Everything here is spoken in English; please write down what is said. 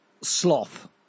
Sloth